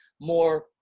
more